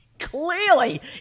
clearly